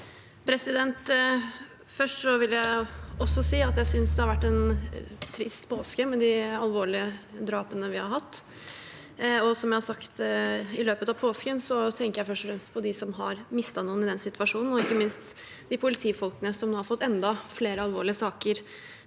Først vil jeg også si at jeg synes det har vært en trist påske med de alvorlige drapene vi har hatt. Som jeg har sagt i løpet av påsken, tenker jeg først og fremst på dem som har mistet noen i den situasjonen, og ikke minst på de politifolkene som har fått enda flere alvorlige saker